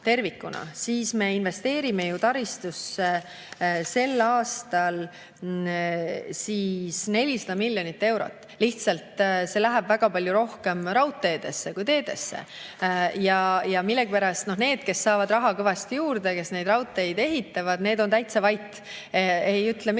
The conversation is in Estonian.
me investeerime taristusse sel aastal 400 miljonit eurot, lihtsalt see läheb väga palju rohkem raudteedesse kui teedesse. Millegipärast need, kes saavad raha kõvasti juurde, kes neid raudteid ehitavad, on täitsa vait, ei ütle midagi.